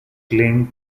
claim